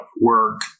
work